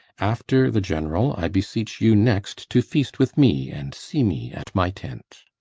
after the general, i beseech you next to feast with me and see me at my tent.